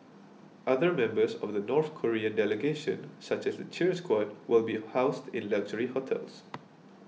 other members of the North Korean delegation such as the cheer squad will be housed in luxury hotels